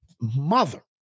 mother